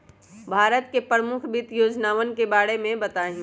भारत के प्रमुख वित्त योजनावन के बारे में बताहीं